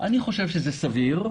אני חושב שזה סביר.